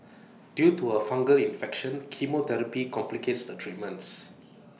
due to her fungal infection chemotherapy complicates the treatments